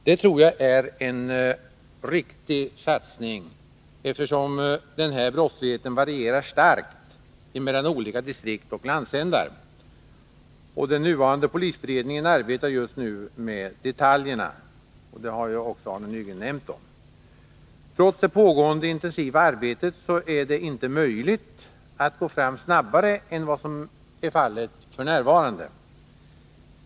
Det tror jag är en riktig satsning, eftersom den här brottsligheten varierar starkt emellan olika distrikt och landsändar. Den nuvarande polisberedningen arbetar just nu med detaljerna, vilket också Arne Nygren nämnde. Trots det pågående intensiva arbetet är det inte möjligt att gå fram snabbare än vad som är fallet f.n.